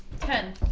Ten